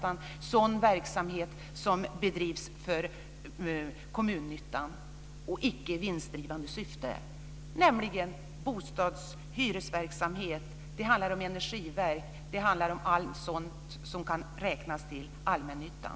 av sådan verksamhet som bedrivs för kommunnyttan och icke i vinstgivande syfte, nämligen bostads och hyresverksamhet. Det handlar om energiverk och allt sådant som kan räknas till allmännyttan.